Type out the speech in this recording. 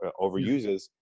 overuses